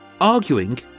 arguing